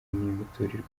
imiturirwa